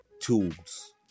tools